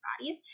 bodies